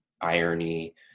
irony